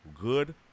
good